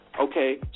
okay